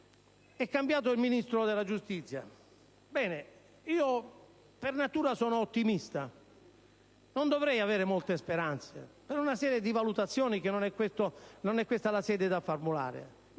È cambiato il Ministro della giustizia. Io, per natura, sono ottimista. Non dovrei avere molte speranze, per una serie di valutazioni che non spiego ora